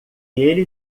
ele